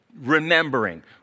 remembering